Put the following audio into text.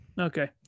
Okay